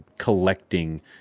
collecting